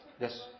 Yes